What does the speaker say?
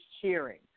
cheering